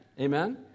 Amen